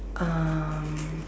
um